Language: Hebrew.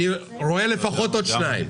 אני רואה לפחות עוד שניים.